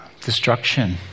destruction